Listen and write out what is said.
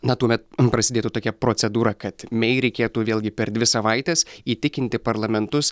na tuomet prasidėtų tokia procedūra kad mei reikėtų vėlgi per dvi savaites įtikinti parlamentus